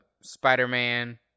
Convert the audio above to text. spider-man